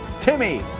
Timmy